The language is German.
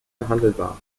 verhandelbar